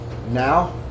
Now